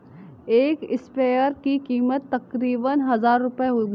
एक स्प्रेयर की कीमत तकरीबन हजार रूपए होगी